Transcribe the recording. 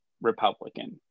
Republican